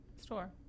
store